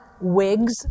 wigs